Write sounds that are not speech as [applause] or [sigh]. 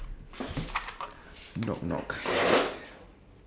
knock knock [breath]